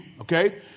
Okay